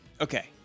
Okay